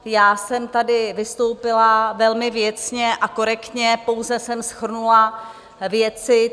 Já jsem tady vystoupila velmi věcně a korektně, pouze jsem shrnula věci.